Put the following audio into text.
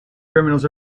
criminals